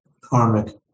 karmic